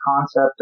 concept